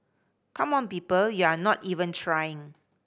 come on people you're not even trying